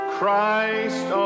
Christ